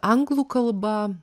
anglų kalba